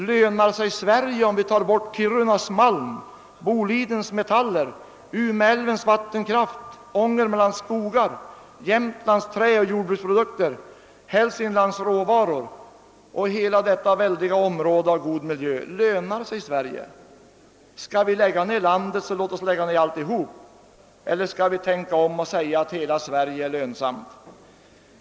Lönar sig Sverige om vi tar bort Kirunas malm, Bolidens metaller, Umeälvens vattenkraft, Ångermanlands skogar, Jämtlands träoch jordbruksprodukter, Hälsinglands råvaror och hela detta väldiga område av god miljö? Skall vi lägga ned landet så låt oss lägga ned alltihop. Eller skall vi tänka om och säga att hela Sverige är lönsamt?